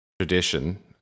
tradition